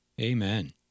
Amen